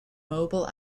mobile